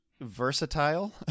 versatile